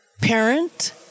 parent